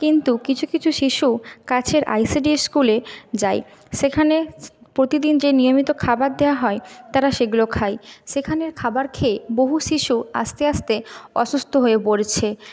কিন্তু কিছু কিছু শিশু কাছের আই সি ডি এস স্কুলে যায় সেখানে প্রতিদিন যে নিয়মিত খাবার দেওয়া হয় তারা সেগুলো খায় সেখানের খাবার খেয়ে বহু শিশু আস্তে আস্তে অসুস্থ হয়ে পড়েছে